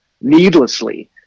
needlessly